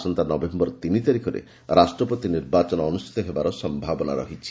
ଆସନ୍ତା ନଭେୟର ତିନି ତାରିଖରେ ରାଷ୍ଟ୍ରପତି ନିର୍ବାଚନ ଅନୁଷ୍ଠିତ ହେବାର ସମ୍ଭାବନା ରହିଛି